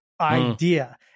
idea